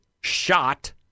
shot